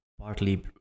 partly